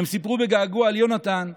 הם סיפרו בגעגוע על יונתן,